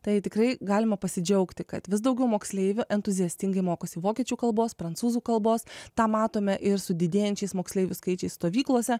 tai tikrai galima pasidžiaugti kad vis daugiau moksleivių entuziastingai mokosi vokiečių kalbos prancūzų kalbos tą matome ir su didėjančiais moksleivių skaičiais stovyklose